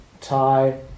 Thai